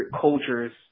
cultures